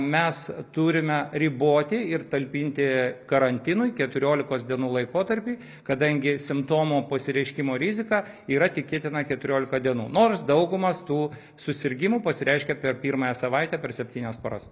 mes turime riboti ir talpinti karantinui keturiolikos dienų laikotarpiui kadangi simptomų pasireiškimo rizika yra tikėtina keturiolika dienų nors daugumos tų susirgimų pasireiškė per pirmąją savaitę per septynias paras